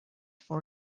for